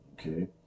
Okay